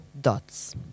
dots